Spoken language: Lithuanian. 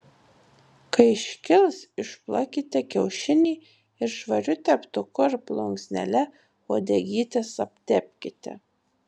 kai iškils išplakite kiaušinį ir švariu teptuku ar plunksnele uodegytes aptepkite